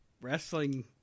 wrestling